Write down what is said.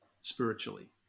spiritually